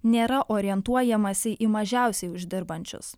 nėra orientuojamasi į mažiausiai uždirbančius